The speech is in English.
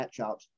matchups